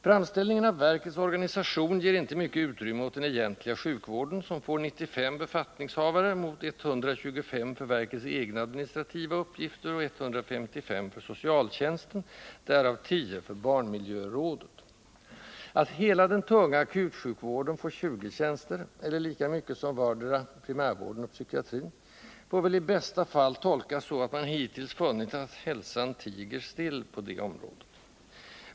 Framställningen av verkets organisation ger inte mycket utrymme åt den egentliga sjukvården, som får 95 befattningshavare mot 125 för verkets egna administrativa uppgifter och 155 för socialtjänsten, därav 10 för barnmiljörådet. Att hela den tunga akutsjukvården får 20 tjänster, eller lika mycket som vardera primärvården och psykiatrin, får väl i bästa fall tolkas så att man hittills funnit att ”hälsan tiger still” på det området.